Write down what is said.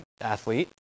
athlete